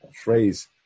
phrase